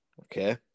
okay